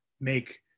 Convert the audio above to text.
make